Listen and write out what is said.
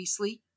Weasley